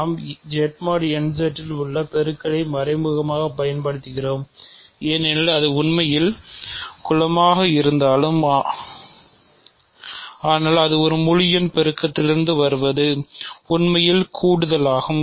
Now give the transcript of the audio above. நாம் Z mod n Z இல் உள்ள பெருக்களைய் மறைமுகமாகப் பயன்படுத்துகிறோம் ஏனெனில் அது உண்மையில் குலமாக இருந்தாலும் ஆனால் அது முழு எண் பெருக்கத்திலிருந்து வருவது உண்மையில் கூடுதலாகும்